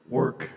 work